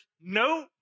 no